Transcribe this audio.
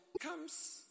comes